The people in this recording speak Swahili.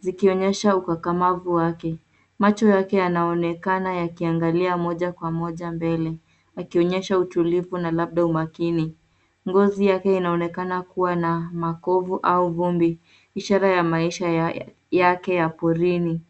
zikionyesha ukakamavu wake. Macho yake yanaonekana yakiangalia moja kwa moja mbele akionyesha utulivu na labda umakini. Ngozi yake inaonekana kuwa na makovu au vumbi, ishara ya maisha yake ya porini.